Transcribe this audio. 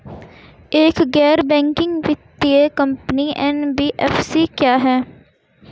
एक गैर बैंकिंग वित्तीय कंपनी एन.बी.एफ.सी क्या है?